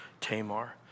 Tamar